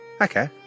Okay